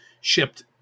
shipped